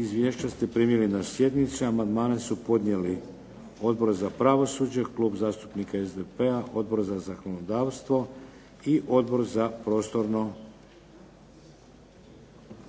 Izvješća ste primili na sjednici. Amandmane su podnijeli Odbor za pravosuđe, Klub zastupnika SDP-a, Odbor za zakonodavstvo i Odbor za prostorno